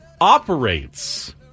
operates